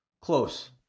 Close